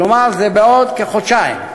כלומר זה בעוד כחודשיים,